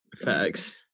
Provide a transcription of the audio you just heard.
facts